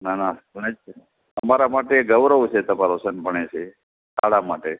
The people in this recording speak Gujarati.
ના ના ભણે જ છે અમારા માટે ગૌરવ છે તમારો સન ભણે છે એ શાળા માટે